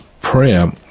prayer